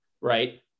Right